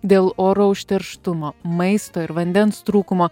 dėl oro užterštumo maisto ir vandens trūkumo